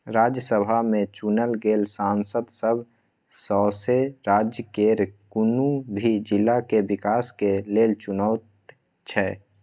राज्यसभा में चुनल गेल सांसद सब सौसें राज्य केर कुनु भी जिला के विकास के लेल चुनैत छै